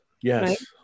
yes